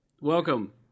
Welcome